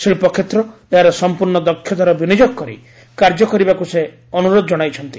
ଶିଳ୍ପକ୍ଷେତ୍ର ଏହାର ସମ୍ପୂର୍ଣ୍ଣ ଦକ୍ଷତାର ବିନିଯୋଗ କରି କାର୍ଯ୍ୟକରିବାକୁ ସେ ଅନୁରୋଧ ଜଣାଇଛନ୍ତି